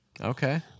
Okay